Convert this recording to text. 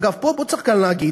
אגב, פה צריך גם להגיד,